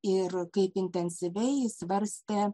ir kaip intensyviai jis svarstė